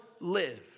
live